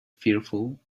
fearful